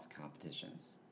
competitions